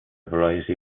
variety